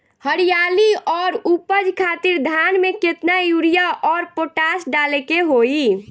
हरियाली और उपज खातिर धान में केतना यूरिया और पोटाश डाले के होई?